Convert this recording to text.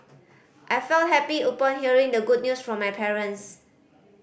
I felt happy upon hearing the good news from my parents